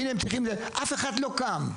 אף אחד לא קם.